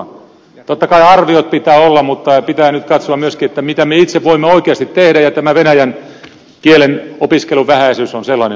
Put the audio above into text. totta kai arviot pitää olla mutta pitää nyt katsoa myöskin mitä me itse voimme oikeasti tehdä ja tämä venäjän kielen opiskelun vähäisyys on sellainen